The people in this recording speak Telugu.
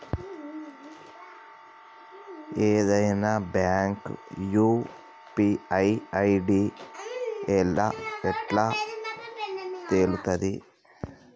ఏదైనా బ్యాంక్ యూ.పీ.ఐ ఐ.డి ఎట్లా తెలుత్తది?